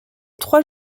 trois